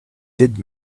did